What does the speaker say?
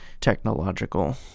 technological